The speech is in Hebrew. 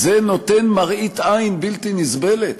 זה נותן מראית עין בלתי נסבלת.